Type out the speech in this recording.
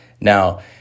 Now